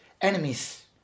enemies